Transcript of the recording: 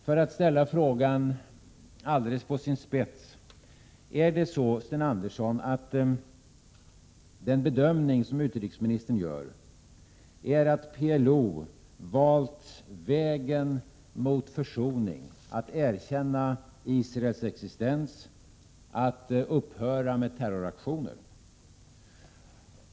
Jag vill ställa frågan på sin spets: Är det så, Sten Andersson, att den bedömning som utrikesministern gör är att PLO har valt vägen mot försoning, att erkänna Israels existens, att upphöra med terroraktioner?